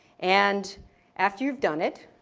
and after you've done it,